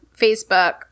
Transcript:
Facebook